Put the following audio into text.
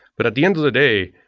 but at the end of the day,